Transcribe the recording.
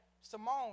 Simone